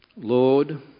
Lord